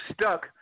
stuck